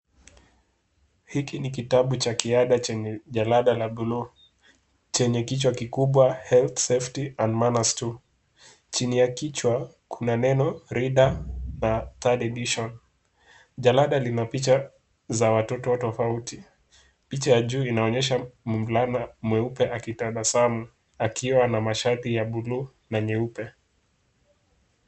Hiki ni kitabu cha kiada chenye jalada la buluu chenye kichwa kikubwa Health, Safety and Manners Too . Chini ya kichwa, kuna neno reader na third edition . Jalada lina picha za watoto tofauti. Picha ya juu inaonyesha mvulana mweupe akitabasamu akiwa na mashati ya buluu na nyeupe.